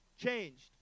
changed